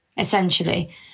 essentially